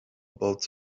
about